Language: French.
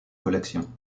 collection